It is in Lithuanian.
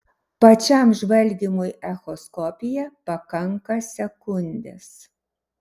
pačiam žvalgymui echoskopija pakanka sekundės